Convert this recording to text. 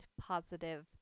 positive